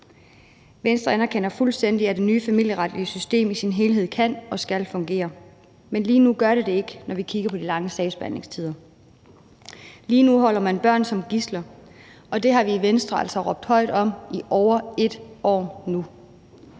Venstre anerkender fuldstændig, at det nye familieretlige system i sin helhed kan og skal fungere, men lige nu gør det det ikke, når vi kigger på de lange sagsbehandlingstider. Lige nu holder man børn som gidsler, og det har vi i Venstre altså råbt op om i over et år nu.